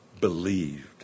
believed